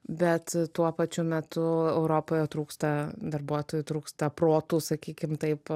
bet tuo pačiu metu europoje trūksta darbuotojų trūksta protų sakykim taip